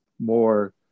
more